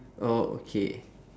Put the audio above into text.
oh okay